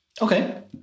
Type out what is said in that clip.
Okay